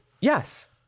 Yes